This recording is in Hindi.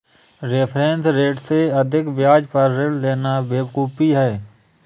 रेफरेंस रेट से अधिक ब्याज पर ऋण लेना बेवकूफी है